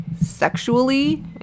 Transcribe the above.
sexually